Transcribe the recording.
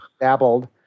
dabbled